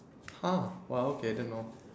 !huh! !wah! okay I didn't know